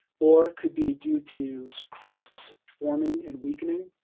or could be due to crusts forming and weakening,